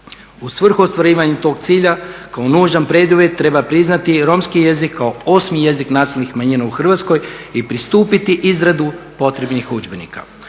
U svrhu ostvarivanja tog cilja kao nužan preduvjet treba priznati romski jezik kao 8.jezik nacionalnih manjina u Hrvatskoj pristupiti izradi potrebnih udžbenika.